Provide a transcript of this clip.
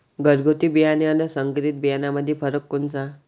घरगुती बियाणे अन संकरीत बियाणामंदी फरक कोनचा?